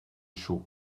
chaud